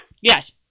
Yes